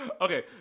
Okay